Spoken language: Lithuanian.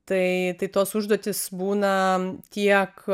tai tai tos užduotys būna tiek